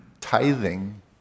Tithing